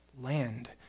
land